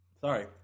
sorry